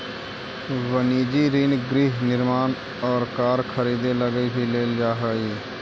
वनिजी ऋण गृह निर्माण और कार खरीदे लगी भी लेल जा हई